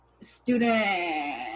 Student